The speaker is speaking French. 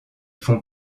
font